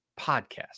podcast